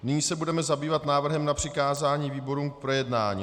Nyní se budeme zabývat návrhem na přikázání výborům k projednání.